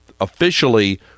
officially